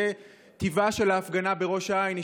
זה טיבה של ההפגנה בראש העין,